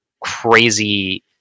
crazy